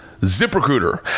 ZipRecruiter